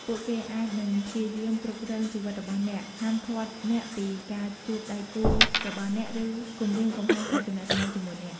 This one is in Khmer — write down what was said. ពួកគេអាចនឹងព្យាយាមគ្រប់គ្រងជីវិតរបស់អ្នក ហាមឃាត់អ្នកពីការជួបដៃគូរបស់អ្នក ឬគំរាមកំហែងផ្តាច់ទំនាក់ទំនងជាមួយអ្នក។